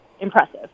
impressive